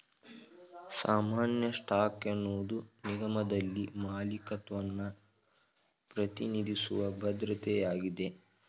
ಸಾಮಾನ್ಯ ಸ್ಟಾಕ್ ಎನ್ನುವುದು ನಿಗಮದಲ್ಲಿ ಮಾಲೀಕತ್ವವನ್ನ ಪ್ರತಿನಿಧಿಸುವ ಭದ್ರತೆಯಾಗಿದೆ